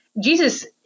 Jesus